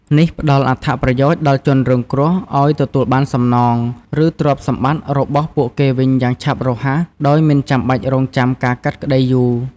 នេះផ្តល់អត្ថប្រយោជន៍ដល់ជនរងគ្រោះឲ្យទទួលបានសំណង ឬទ្រព្យសម្បត្តិរបស់ពួកគេវិញយ៉ាងឆាប់រហ័ស ដោយមិនចាំបាច់រង់ចាំការកាត់ក្តីយូរ។